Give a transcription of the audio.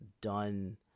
done –